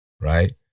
right